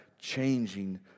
changing